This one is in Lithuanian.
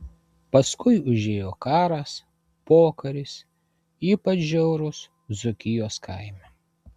paskui užėjo karas pokaris ypač žiaurūs dzūkijos kaime